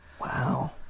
Wow